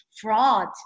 fraud